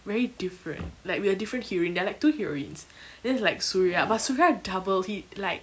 very different like with a different heroine there are like two heroines then it's like surya but surya double he like